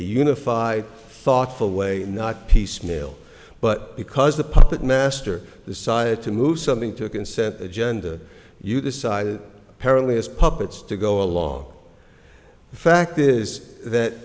unified thoughtful way not piecemeal but because the puppetmaster decided to move something to a consent agenda you decided paralysed puppets to go along the fact is that